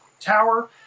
tower